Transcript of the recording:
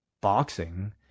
boxing